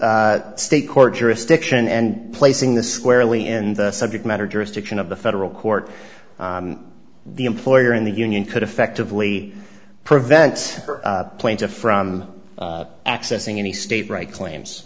state court jurisdiction and placing the squarely in the subject matter jurisdiction of the federal court the employer in the union could effectively prevent plaintiff from accessing any state right claims